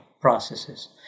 processes